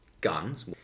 guns